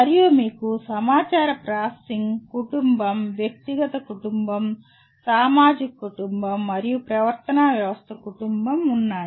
మరియు మీకు సమాచార ప్రాసెసింగ్ కుటుంబం వ్యక్తిగత కుటుంబం సామాజిక కుటుంబం మరియు ప్రవర్తనా వ్యవస్థ కుటుంబం ఉన్నాయి